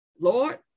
Lord